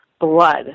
blood